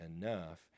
enough